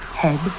head